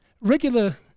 Regular